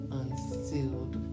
unsealed